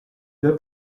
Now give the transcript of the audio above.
per